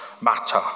matter